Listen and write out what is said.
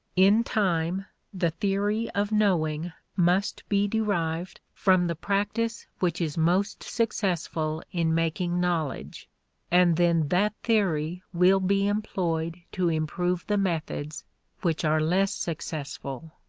in time the theory of knowing must be derived from the practice which is most successful in making knowledge and then that theory will be employed to improve the methods which are less successful.